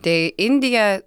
tai indija